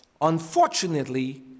Unfortunately